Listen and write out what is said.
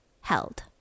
held